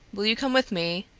will you come with me?